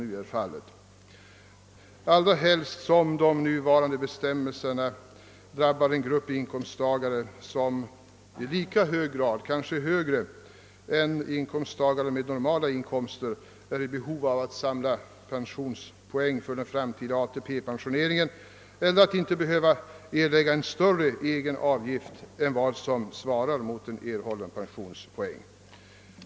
Detta är motiverat även med hänsyn till att de nuvarande bestämmelserna drabbar en grupp inkomsttagare som i lika hög grad, kanske högre än inkomsstagare med normala inkomster, är i behov av att samla pensionspoäng för den framtida ATP-finansieringen eller att inte erlägga en större egenavgift än som svarar mot erhållen pensionpoäng.